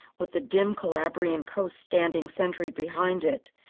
with the dim calabrian coast standing sentry behind it.